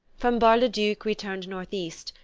from bar-le-duc we turned northeast,